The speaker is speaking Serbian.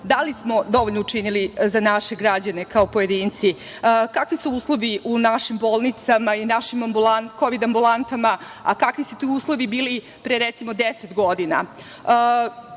da li smo dovoljno učinili za naše građane kao pojedinci? Kakvi su uslovi u našim bolnicama i našim Kovid ambulantama, a kakvi su uslovi bili pre, recimo, 10 godina?